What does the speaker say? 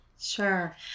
Sure